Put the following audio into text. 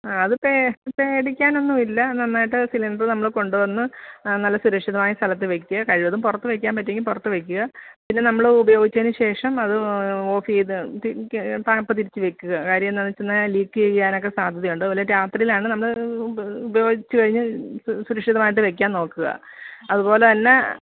ആ അത് പേ പേടിക്കാനൊന്നുവില്ല നന്നായിട്ട് സിലിണ്ട്റ് നമ്മൾ കൊണ്ടുവന്ന് നല്ല സുരക്ഷിതമായ സ്ഥലത്ത് വെയ്ക്കുക കഴിവതും പുറത്ത് വെക്കാൻ പറ്റുവെങ്കിൽ പുറത്ത് വെയ്ക്കുക പിന്നെ നമ്മൾ ഉപയോഗിച്ചതിനു ശേഷം അത് ഓഫ് ചെയ്ത് തി തി ടാപ്പ് തിരിച്ച് വെക്കുക കാര്യവെന്നാന്ന് വെച്ചെന്നാൽ ലീക്ക് ചെയ്യാനൊക്കെ സാധ്യതയുണ്ട് അതുപോലെ രാത്രീലാണ് നമ്മൾ ഉ ഉപയോഗിച്ച് കഴിഞ്ഞാൽ സുരക്ഷിതമായിട്ട് വെക്കാൻ നോക്കുക അതുപോലെ തന്നെ